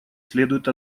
следует